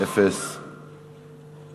אפס נגד.